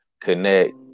connect